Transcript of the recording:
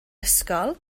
ysgol